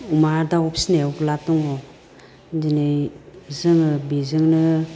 अमा दाव फिनायाव लाब दङ दिनै जोङो बेजोंनो